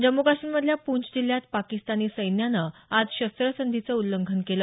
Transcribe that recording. जम्मू काश्मीरमधल्या पूँछ जिल्ह्यात पाकिस्तानी सैन्यानं आज शस्त्रसंधीचं उल्लंघन केलं